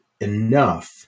enough